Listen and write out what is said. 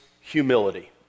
humility